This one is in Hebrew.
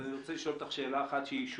אז אני רוצה לשאול אותך שאלה אחת שהיא,